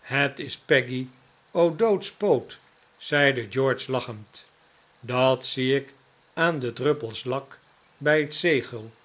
het is peggy o'dowd's poot zeide george lachend dat zie ik aan de druppels lak bij het zegel